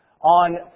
on